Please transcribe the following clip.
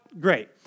great